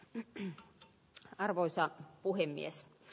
yhtä arvoisa puhemies k